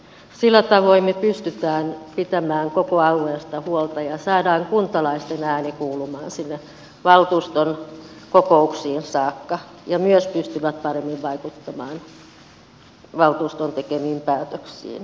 sillä tavoin pystytään pitämään koko alueesta huolta ja saadaan kuntalaisten ääni kuulumaan sinne valtuuston kokouksiin saakka ja he myös pystyvät paremmin vaikuttamaan valtuuston tekemiin päätöksiin